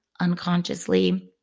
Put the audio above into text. unconsciously